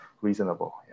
reasonable